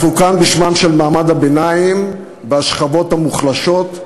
אנחנו כאן בשמם של מעמד הביניים והשכבות המוחלשות,